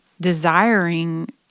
desiring